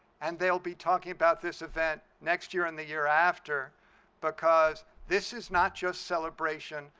and they'll be talking about this event next year and the year after because this is not just celebration,